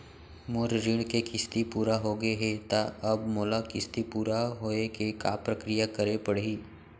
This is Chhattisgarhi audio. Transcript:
मोर ऋण के किस्ती पूरा होगे हे ता अब मोला किस्ती पूरा होए के का प्रक्रिया करे पड़ही?